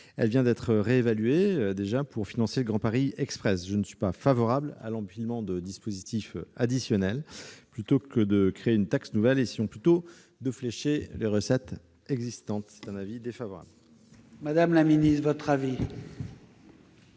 Elle vient d'être réévaluée pour financer le Grand Paris Express. Je ne suis pas favorable à l'empilement de dispositifs additionnels. Plutôt que de créer une taxe nouvelle, essayons de flécher les recettes existantes. La commission émet donc un avis